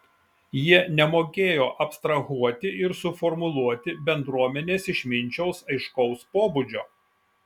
jie nemokėjo abstrahuoti ir suformuluoti bendruomenės išminčiaus aiškaus pobūdžio